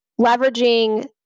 leveraging